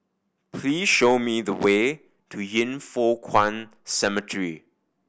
please show me the way to Yin Foh Kuan Cemetery